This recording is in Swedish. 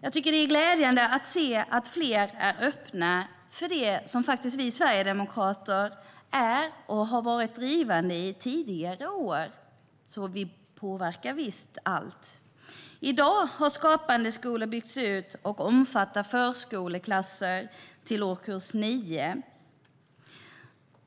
Jag tycker att det är glädjande att se att fler är öppna för det som vi sverigedemokrater är och har varit drivande i tidigare år, så vi kan alltså påverka. I dag har Skapande skola byggts ut och omfattar förskoleklass till och med årskurs 9.